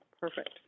perfect